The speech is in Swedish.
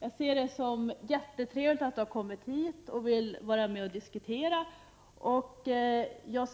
Jag ser det som jättetrevligt att hon finns här i kammaren och vill vara med och diskutera. Det